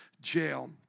jail